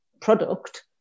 product